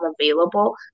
available